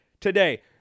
today